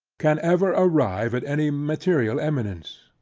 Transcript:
can ever arrive at any material eminence.